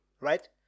right